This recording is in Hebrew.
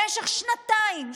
במשך שנתיים,